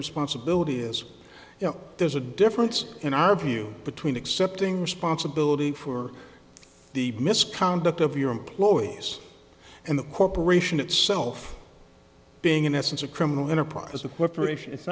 responsibility as you know there's a difference in our view between accepting responsibility for the misconduct of your employees and the corporation itself being in essence a criminal enterprise as a corporation it's